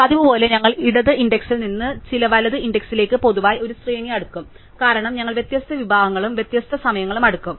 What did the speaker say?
പതിവുപോലെ ഞങ്ങൾ ഇടത് ഇന്ഡക്സിൽ നിന്ന് ചില വലത് ഇന്ഡക്സിൽലേക്ക് പൊതുവായി ഒരു ശ്രേണി അടുക്കും കാരണം ഞങ്ങൾ വ്യത്യസ്ത വിഭാഗങ്ങളും വ്യത്യസ്ത സമയങ്ങളും അടുക്കും